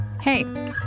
Hey